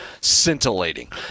scintillating